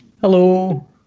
Hello